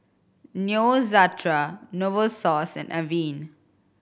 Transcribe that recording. Neostrata Novosource and Avene